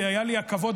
היה לי הכבוד,